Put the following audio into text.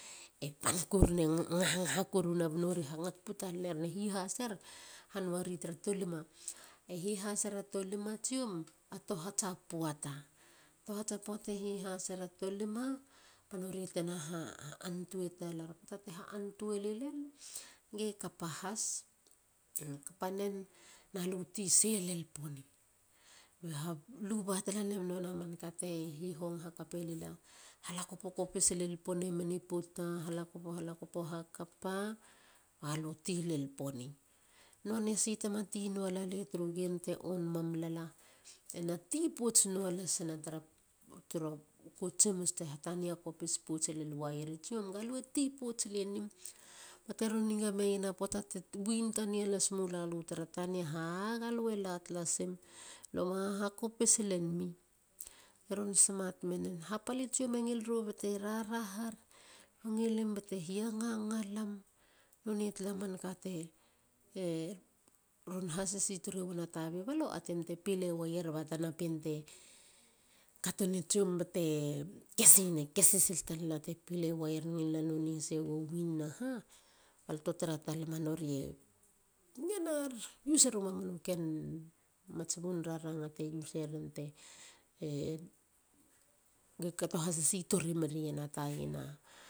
E pan koruna. e ngangaha koruna ba nori e hangats puta leneren. e hihaser bate hanua ri tara tolima. Hihasera tolima tsiom a tohats a poata. tohats a poate hihasera tolima. bate nori tena ha antuei talar. Poata te ha antuei lilen ge kapa has. kapanen nalu ti se len poni. lo luba talema man kate hihong hakape lila. halakopo. kopis lel e men i puta. halakopo. halakopo na lu yti len poni. nuane si tema ti lale tru gem te on mam lala. ena ti pouts nua lasina tara ko tsimus te hatania pouts len waier i tsiom. galo ti pouts lenim. ga te ron niga meiena. poata te win tania las mulalu tara tania. a. galo tu lasim. ma hahakopis len mi. teron smat menen,. Hapale tsiom, e ngil rou ba te rarahar,. ngilim bate hia ngangalam. Nonei tala man ka teron hasisi tori wana tabi. Balo ateim te pilewer ba tana pien te katona tsiom batekesina. kesi sil talana te pile waier ngilina nonei has e ga win. na ha balte tara talam a nori e use eru mamanu ken ranga te kato hasisi merien a tai na